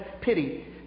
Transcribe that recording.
pity